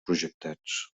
projectats